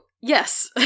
Yes